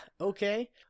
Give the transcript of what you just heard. Okay